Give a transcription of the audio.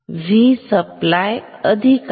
V supply अधिक आहे